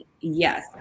yes